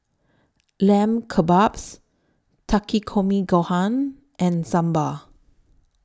Lamb Kebabs Takikomi Gohan and Sambar